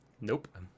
nope